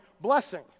blessing